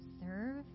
serve